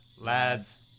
Lads